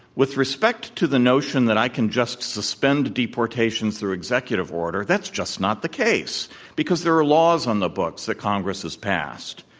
with respec t to the notion that i can just suspend deportation through executive order, that's just not the case because there are laws on the books that congress has passed.